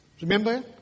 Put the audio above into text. Remember